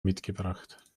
mitgebracht